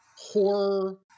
horror